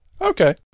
Okay